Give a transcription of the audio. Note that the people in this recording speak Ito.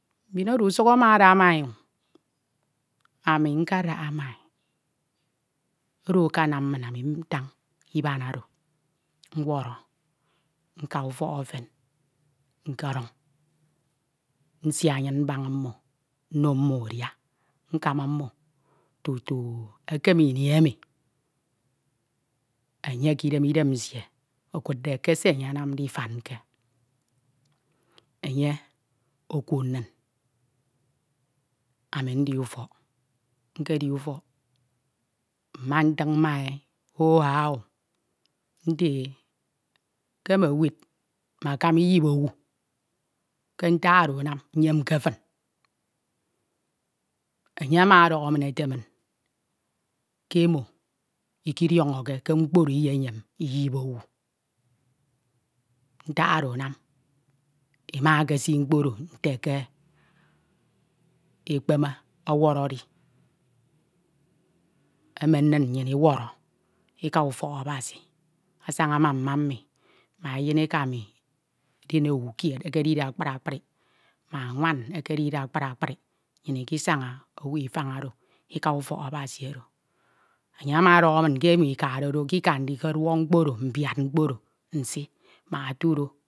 mbin odun usuk ama ada mae ami nkadakha ma e oro akanam min ami ntañ iban oro owọrọ nka ufọk efen nkeduñ nsie anyin mbaña mmo nno mmo udia nkama mmo tutuu ekem ini emi enye ke idem idem nsie ekudde ke se enye anamde ifanke enye okuud min ami ndi ufọk nkedi ufọk mma ntiñ ma e o ah nte e ke emewid amakaba iyip owu ke ntak oro anam nyemke fin enye ama ọdọkho min ete min ke imo ikediọhọke ke mkpo oro iyeyem iyip owu ntak oro anam, ema ekesi mkpo oro nte ke, ekpeme ọwọrọ edi emen min nnyin iworo ika ufok Abasi asña ma mma mi ma eyin ekami eden owu kied ekechide akpri akpri ma nwan ekedide akpri akpri nnyin ikasaña owu ifoñ oro ika ufok Abasu oro, enye ama ọdọkhọ ke ikada do ke ika ndiduok mkpo oro, mbiad mkpo oro nsi mak otudo